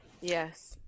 Yes